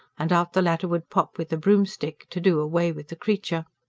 and out the latter would pop with a broomstick, to do away with the creature.